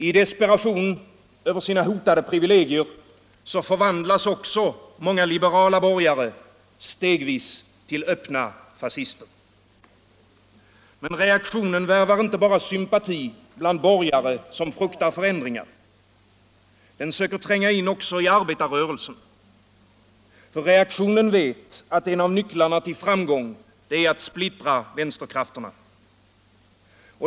I desperation över sina hotade privilegier förvandlas också många liberala borgare stegvis till öppna fascister. Men reaktionen värvar inte bara sympati bland borgare, som fruktar förändringar. Den söker tränga in också i arbetarrörelsen. Reaktionen vet att en av nycklarna till framgång är att splittra vänsterkrafterna.